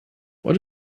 what